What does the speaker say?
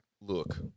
Look